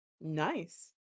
nice